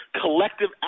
collective